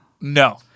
No